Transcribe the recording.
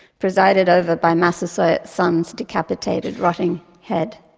presided over by massaoit's son's decapitated, rotting head.